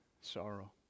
sorrow